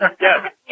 Yes